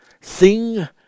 sing